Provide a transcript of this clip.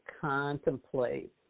contemplate